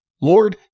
Lord